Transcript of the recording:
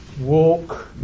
walk